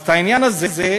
אז העניין הזה,